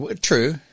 true